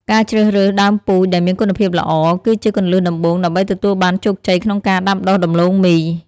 ការជ្រើសរើសដើមពូជដែលមានគុណភាពល្អ គឺជាគន្លឹះដំបូងដើម្បីទទួលបានជោគជ័យក្នុងការដាំដុះដំឡូងមី។